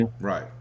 right